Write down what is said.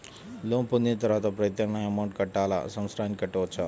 Loan పొందిన తరువాత ప్రతి నెల అమౌంట్ కట్టాలా? సంవత్సరానికి కట్టుకోవచ్చా?